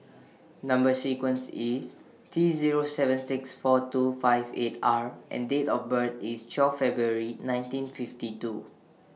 Number sequence IS T Zero seven six four two five eight R and Date of birth IS twelfth February nineteen fifty two